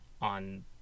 on